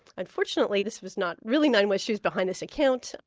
unfortunately, this was not really nine west shoes behind this account,